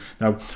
Now